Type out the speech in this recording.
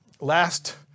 Last